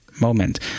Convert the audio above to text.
moment